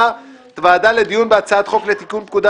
בקשת חבר הכנסת דן סידה להעברת הצעה לסדר-היום בנושא: "פיקוח על